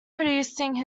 producing